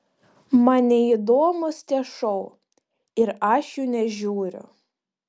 man neįdomūs tie šou ir aš jų nežiūriu